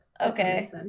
Okay